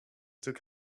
took